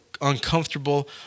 uncomfortable